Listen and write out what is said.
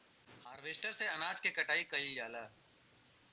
harvester से अनाज के कटाई कइल जाला